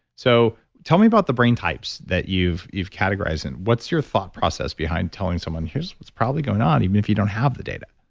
so tell me about the brain types that you've you've categorized in what's your thought process behind telling someone here's what's probably going on even if you don't have the data?